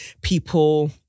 People